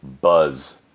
buzz